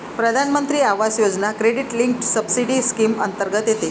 प्रधानमंत्री आवास योजना क्रेडिट लिंक्ड सबसिडी स्कीम अंतर्गत येते